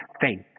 faith